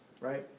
right